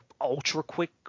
ultra-quick